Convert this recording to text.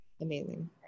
Amazing